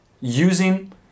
using